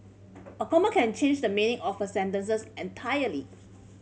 a comma can change the meaning of a sentences entirely